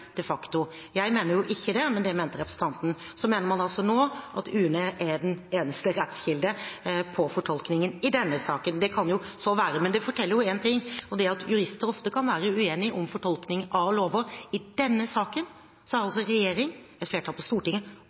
Jeg mener jo ikke det, men det mente representanten. Så mener man altså nå at UNE er den eneste rettskilde for fortolkningen – i denne saken. Det kan så være, men det forteller jo én ting, og det er at jurister ofte kan være uenige om fortolkning av lover. I denne saken har altså regjeringen, et flertall på Stortinget